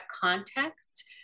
context